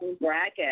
bracket